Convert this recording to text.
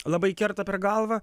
labai kerta per galvą